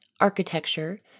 architecture